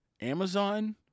Amazon